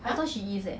I thought she is eh